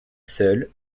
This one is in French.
seule